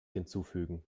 hinzufügen